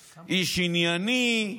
אני מניח, לאיש חשוב, איש ענייני.